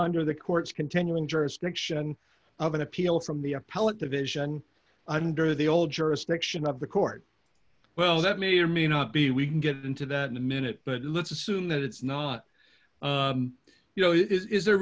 under the court's continuing jurisdiction of an appeal from the appellate division under the old jurisdiction of the court well that may or may not be we can get into that in a minute but let's assume that it's not you know is there